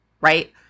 right